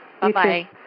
bye-bye